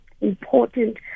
important